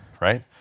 right